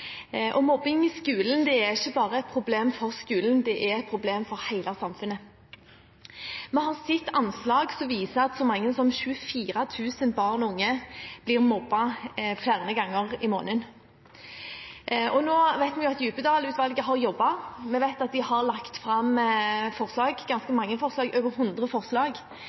et problem for hele samfunnet. Vi har sett anslag som viser at så mange som 24 000 barn og unge blir mobbet flere ganger i måneden. Vi vet at Djupedal-utvalget har jobbet og lagt fram ganske mange forslag, over 100.